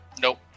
Nope